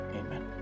amen